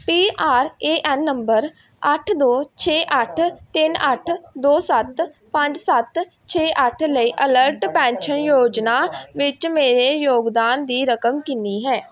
P R A N number ਅੱਠ ਦੋ ਛੇ ਅੱਠ ਤਿੰਨ ਅੱਠ ਦੋ ਸੱਤ ਪੰਜ ਸੱਤ ਛੇ ਅੱਠ ਲਈ ਅਟਰਲ ਪੈਨਸ਼ਨ ਯੋਜਨਾ ਵਿੱਚ ਮੇਰੇ ਯੋਗਦਾਨ ਦੀ ਰਕਮ ਕਿੰਨੀ ਹੈ